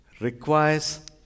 requires